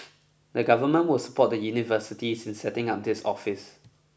the government will support the universities in setting up this office